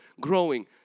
growing